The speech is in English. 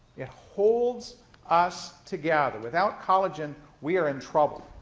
it holds us together. without collagen, we are in trouble,